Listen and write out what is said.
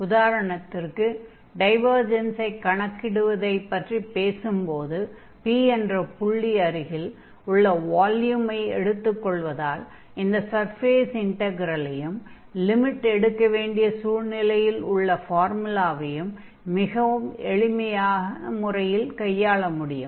உதாரணத்திற்கு டைவர்ஜன்ஸை கணக்கிடுவதைப் பற்றி பேசும்போது P என்ற புள்ளி அருகில் உள்ள வால்யூமை எடுத்துக் கொள்வதால் இந்த சர்ஃபேஸ் இன்டக்ரெலையும் லிமிட் எடுக்க வேண்டிய சூழ்நிலையில் உள்ள ஃபார்முலாவையும் மிகவும் எளிமையான முறையில் கையாள முடியும்